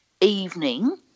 evening